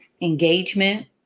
engagement